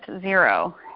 zero